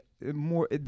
more